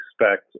expect